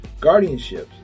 Guardianships